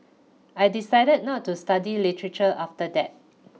I decided not to study literature after that